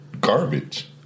Garbage